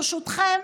ברשותכם,